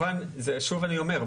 שוב אני אומר,